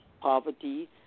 poverty